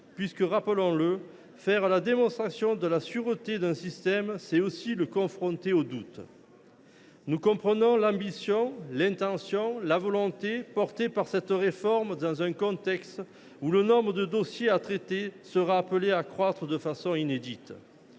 puisque, rappelons le, faire la démonstration de la sûreté d’un système, c’est aussi le confronter au doute. Nous comprenons l’ambition, l’intention, la volonté portées par cette réforme, dans un contexte où le nombre de dossiers à traiter sera appelé à croître de façon inédite.